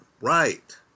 right